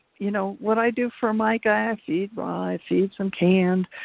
you know what i do for my guy i feed, well i feed some canned,